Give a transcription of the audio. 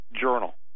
Journal